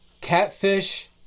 catfish